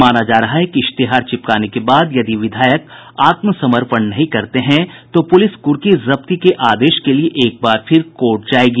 माना जा रहा है कि इश्तेहार चिपकाने के बाद यदि विधायक आत्मसमर्पण नहीं करते हैं तो पुलिस कुर्की जब्ती के आदेश के लिए एक बार फिर कोर्ट जायेगी